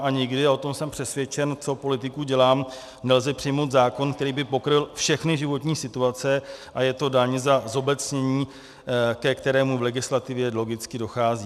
Někdy, a o tom jsem přesvědčen, co politiku dělám, nelze přijmout zákon, který by pokryl všechny životní situace, a je to daň za zobecnění, ke kterému v legislativě logicky dochází.